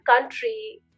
country